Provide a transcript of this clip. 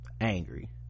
angry